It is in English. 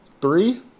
three